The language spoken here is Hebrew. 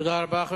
תודה רבה.